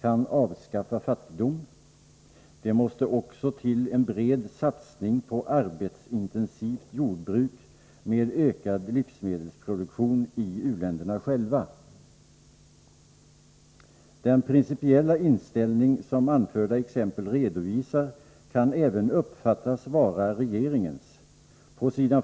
kan avskaffa fattigdom. Det måste också till en bred satsning på arbetsintensivt jordbruk med ökad livsmedelsproduktion i u-länderna själva. Den principiella inställning som anförda exempel redovisar kan även uppfattas vara regeringens. På s. 41i bil.